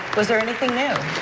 was there anything new?